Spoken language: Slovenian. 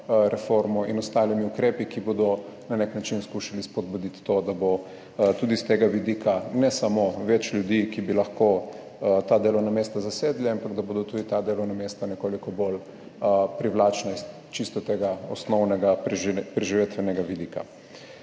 in ostalimi ukrepi, ki bodo na nek način skušali spodbuditi to, da bo tudi s tega vidika ne samo več ljudi, ki bi lahko ta delovna mesta zasedli, ampak da bodo tudi ta delovna mesta nekoliko bolj privlačna iz čisto tega osnovnega preživetvenega vidika.